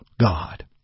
God